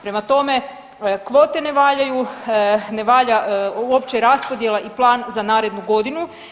Prema tome, kvote ne valjaju, ne valja uopće raspodjela i plan za narednu godinu.